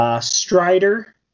Strider